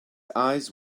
eyes